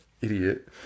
Idiot